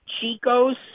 Chico's